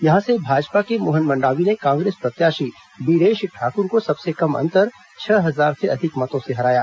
यहां से भाजपा के मोहन मंडावी ने कांग्रेस प्रत्याशी बीरेश ठाकुर को सबसे कम अंतर छह हजार से अधिक मतों से हराया